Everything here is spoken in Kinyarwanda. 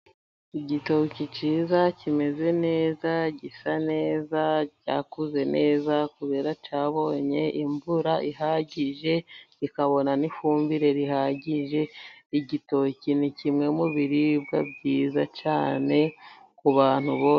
Igitoki cyiza kimeze neza ,gisa neza cyakuze neza, kubera cyabonye imvura ihagije kikabona n'ifumbire ihagije. igitoki ni kimwe mu biribwa byiza cyane ku bantu bose.